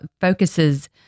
focuses